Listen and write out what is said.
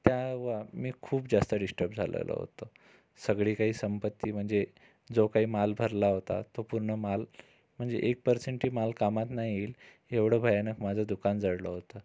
तेव्हा मी खूप जास्त डिस्टर्ब झालेलो होतो सगळी काही संपत्ती म्हणजे जो काही माल भरला होता तो पूर्ण माल म्हणजे एक परसेंटही माल कामात न येईल एवढं भयानक माझं दुकान जळलं होतं